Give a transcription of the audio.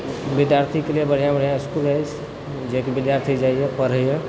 विद्यार्थीके लिए बढ़िआँ बढ़िआँ इसकुल अछि जेकि विद्यार्थी जाइए पढ़ैए